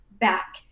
back